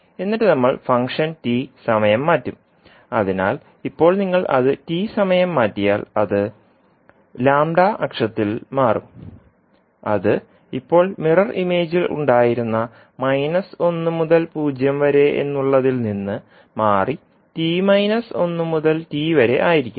എന്നിട്ട് നമ്മൾ ഫംഗ്ഷൻ tസമയം മാറ്റും അതിനാൽ ഇപ്പോൾ നിങ്ങൾ അത് t സമയം മാറ്റിയാൽ അത് അക്ഷത്തിൽ മാറും അത് ഇപ്പോൾ മിറർ ഇമേജിൽ ഉണ്ടായിരുന്ന 1 മുതൽ 0 വരെ എന്നുള്ളതിൽ നിന്ന് മാറി t 1 മുതൽ t വരെ ആയിരിക്കും